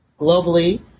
globally